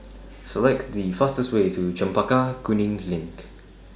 Select The fastest Way to Chempaka Kuning LINK